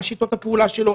מה שיטות הפעולה שלו,